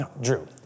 Drew